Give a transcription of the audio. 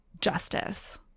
justice